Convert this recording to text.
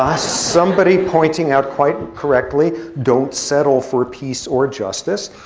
ah somebody pointing out quite correctly, don't settle for peace or justice.